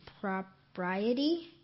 propriety